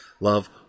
Love